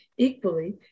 Equally